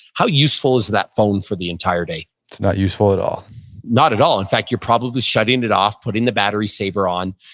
how useful is that phone for the entire day? it's not useful at all not at all. in fact, you're probably shutting it off, putting the battery saver on.